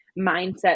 mindset